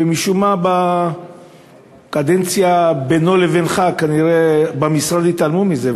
ומשום מה בקדנציה שבינו לבינך כנראה במשרד התעלמו מזה.